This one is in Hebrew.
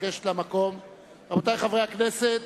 רבותי חברי הכנסת,